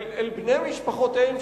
אל בני משפחותיהם,